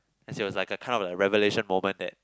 as it was like a kind of revelation moment that